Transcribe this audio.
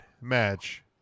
match